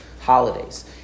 holidays